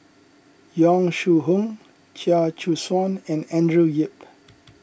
Yong Shu Hoong Chia Choo Suan and Andrew Yip